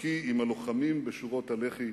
דרכי עם הלוחמים בשורות הלח"י,